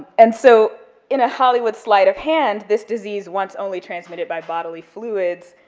and so in a hollywood sleight of hand, this disease, once only transmitted by bodily fluids,